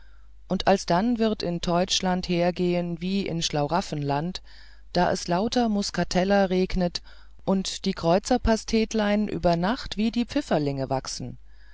und alsdann wirds in teutschland hergehen wie im schlauraffenland da es lauter muskateller regnet und die kreuzerpastetlein über nacht wie die pfifferlinge wachsen